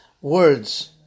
words